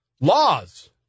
laws